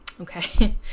Okay